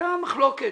היתה מחלוקת